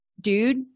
dude